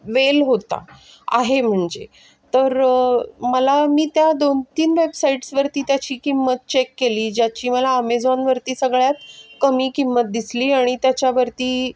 वेल होता आहे म्हणजे तर मला मी त्या दोन तीन वेबसाईट्सवरती त्याची किंमत चेक केली ज्याची मला आमेझॉनवरती सगळ्यात कमी किंमत दिसली आणि त्याच्यावरती